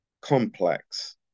complex